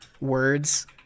words